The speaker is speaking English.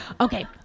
Okay